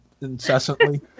incessantly